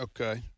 Okay